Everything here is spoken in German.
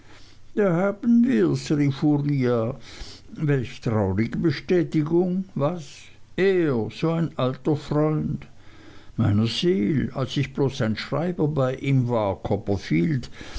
da haben wirs rief uriah welch traurige bestätigung was er so ein alter freund meiner seel als ich bloß ein schreiber bei ihm war copperfield